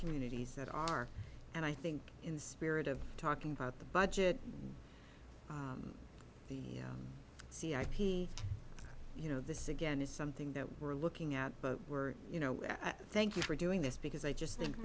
communities that are and i think in the spirit of talking about the budget and the see ip you know this again is something that we're looking at but we're you know i thank you for doing this because i just think